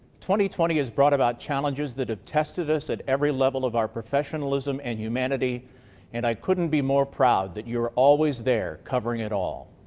twenty twenty has brought about challenges that have tested us at every level of our professionalism and humanity and i couldn't be more proud that you're always there covering it all,